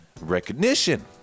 recognition